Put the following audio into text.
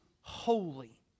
holy